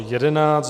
11.